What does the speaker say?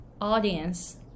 audience